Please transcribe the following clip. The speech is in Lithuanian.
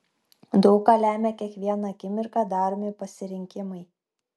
daug ką lemią kiekvieną akimirką daromi pasirinkimai